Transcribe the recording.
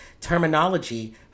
terminology